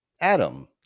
Adam